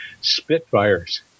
Spitfires